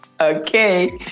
Okay